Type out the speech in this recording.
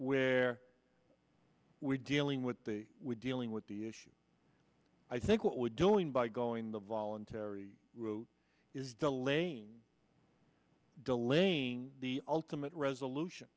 where we're dealing with the with dealing with the issue i think what we're doing by going the voluntary route is delaying delaying the ultimate resolution